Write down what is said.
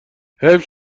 حیف